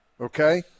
okay